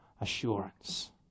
assurance